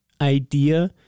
idea